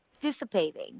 dissipating